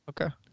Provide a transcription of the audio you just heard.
Okay